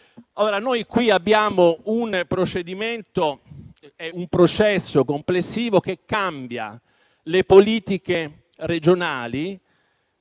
noi qui abbiamo un processo complessivo che cambia le politiche regionali